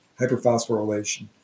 hyperphosphorylation